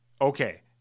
Okay